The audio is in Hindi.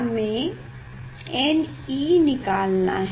हमे ne निकालना है